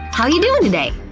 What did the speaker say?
how you doing today?